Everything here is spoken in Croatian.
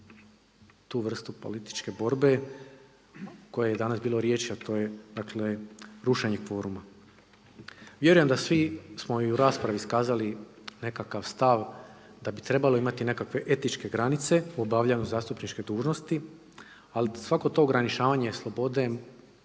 tu vrstu političke borbe o kojoj je danas bilo riječi a to je dakle rušenje kvoruma. Vjerujem da svi smo i u raspravi iskazali nekakav stav, da bi trebalo imati i nekakve etičke granice u obavljanju zastupničke dužnosti, ali svako to ograničavanje slobode